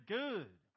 good